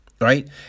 Right